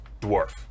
dwarf